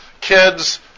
kids